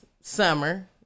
summer